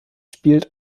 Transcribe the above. spielt